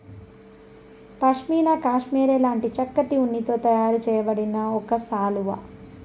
pashmina cashmere లాంటి చక్కటి ఉన్నితో తయారు చేయబడిన ఒక శాలువా